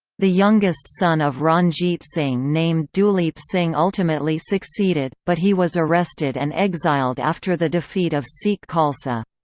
the youngest son of ranjit singh named duleep singh ultimately succeeded, but he was arrested and exiled after the defeat of sikh khalsa.